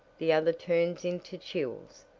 the other turns into chills.